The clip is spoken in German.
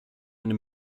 eine